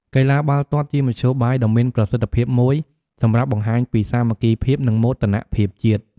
កីឡាបាល់ទាត់ជាមធ្យោបាយដ៏មានប្រសិទ្ធភាពមួយសម្រាប់បង្ហាញពីសាមគ្គីភាព និងមោទនភាពជាតិ។